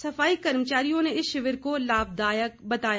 सफाई कर्मचारियों ने इस शिविर को लाभदायक बताया